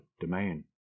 domain